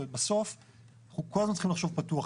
בסוף אנחנו כל הזמן צריכים לחשוב פתוח.